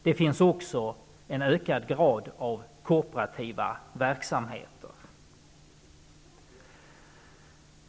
Det finns också i ökad utsträckning kooperativa verksamheter.